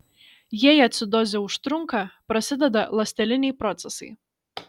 jei acidozė užtrunka prasideda ląsteliniai procesai